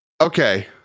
Okay